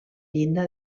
llinda